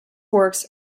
works